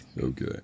Okay